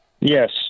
yes